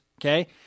Okay